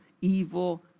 evil